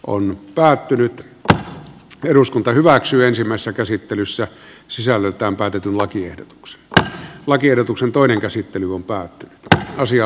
on nyt päättynyt ja eduskunta hyväksyy ensimmäistä käsittelyssä sisällöltään päätetyn lakiehdotuksen lakiehdotuksen toinen käsittely on päättynyt ja asia